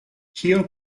kio